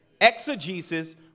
Exegesis